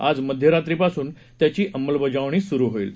आज मध्यरात्रीपासून याची अंमलबजावणी सुरु होईल